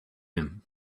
him